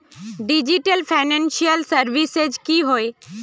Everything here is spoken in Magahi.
डिजिटल फैनांशियल सर्विसेज की होय?